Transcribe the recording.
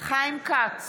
חיים כץ,